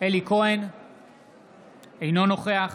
אינו נוכח